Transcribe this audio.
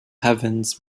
heavens